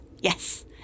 Yes